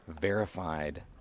verified